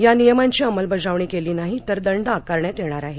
या नियमांची अंमलबजावणी केली नाही तर दंड आकारण्यात येणार आहे